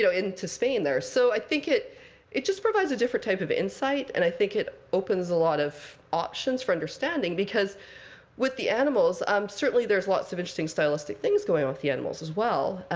so into spain there. so i think it it just provides a different type of insight. and i think it opens a lot of options for understanding. because with the animals um certainly there's lots of interesting stylistic things going on with the animals, as well,